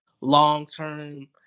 long-term